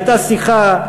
הייתה שיחה,